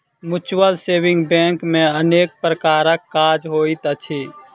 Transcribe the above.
mutual saving bank मे अनेक प्रकारक काज होइत अछि